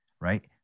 right